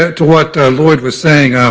to what lloyd was saying,